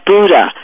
Buddha